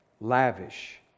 Lavish